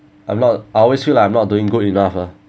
a lot I always feel like I'm not doing good enough ah